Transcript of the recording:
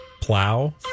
plow